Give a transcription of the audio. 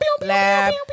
Lab